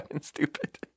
stupid